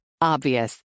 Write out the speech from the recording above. Obvious